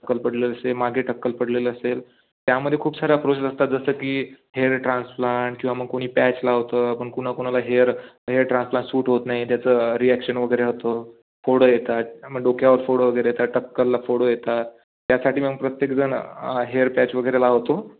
टक्कल पडलेलं असेल मागे टक्कल पडलेलं असेल त्यामध्ये खूप सारे अप्रोचेस् असतात जसं की हेअर ट्रान्सप्लांट किंवा मग कोणी पॅच लावतं पण कुणाकुणाला हेअर हेअर ट्रान्सप्लांट सूट होत नाही त्याचं रिॲक्शन वगैरे होतो फोड येतात मग डोक्यावर फोड वगैरे येतात टक्कलला फोड येतात त्यासाठी मग प्रत्येकजण हेअर पॅच वगैरे लावतो